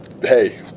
Hey